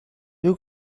you